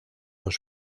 los